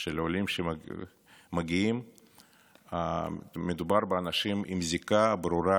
של העולים שמגיעים מדובר באנשים עם זיקה ברורה